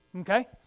Okay